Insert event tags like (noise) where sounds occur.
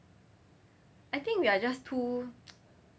I think we are just too (noise)